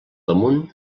damunt